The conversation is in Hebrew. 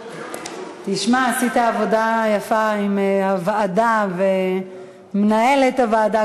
עשית עבודה יפה עם הוועדה ועם מנהלת הוועדה,